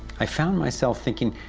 i found myself thinking,